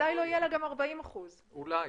אולי לא יהיה גם 40%. אולי.